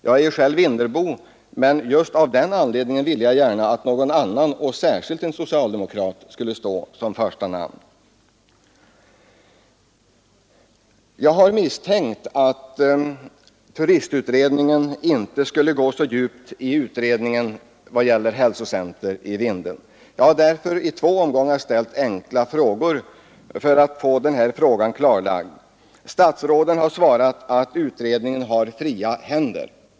Jag är själv vindelbo, men just av den anledningen ville jag gärna att någon annan — särskilt en socialdemokrat — skulle stå som första namn. Jag har misstänkt att turistutredningen inte skulle gå så djupt i vad gäller frågan om hälsocentrum i Vindeln. Jag har därför i två omgångar ställt enkla frågor för att få problemet klarlagt. Statsråden har svarat att utredningen har fria händer.